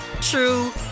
true